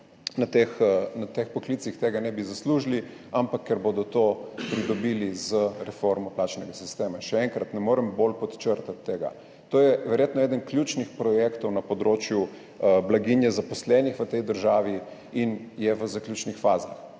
v teh poklicih tega ne bi zaslužili, ampak ker bodo to pridobili z reformo plačnega sistema. Ne morem bolj podčrtati tega. To je verjetno eden ključnih projektov na področju blaginje zaposlenih v tej državi in je v zaključnih fazah.